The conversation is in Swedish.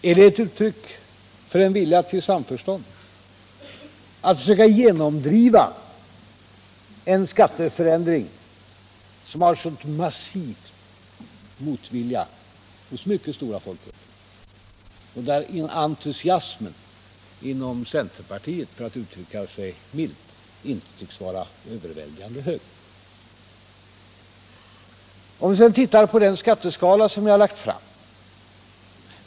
Är det ett uttryck för en vilja till samförstånd att försöka genomdriva en skatteförändring som omfattas av en sådan massiv motvilja hos mycket stora folkgrupper och för vilken entusiasmen inom centerpartiet — för att uttrycka saken milt — inte tycks vara överväldigande stor? Låt oss sedan titta på den skatteskala som har lagts fram!